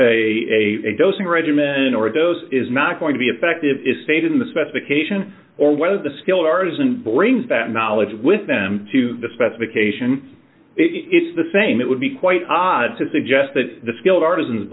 dosing regimen or those is not going to be effective is stated in the specification or whether the skilled artisan brings that knowledge with them to the specification it's the same it would be quite odd to suggest that the skilled artisans